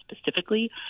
specifically